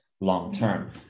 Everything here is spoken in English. long-term